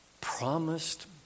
promised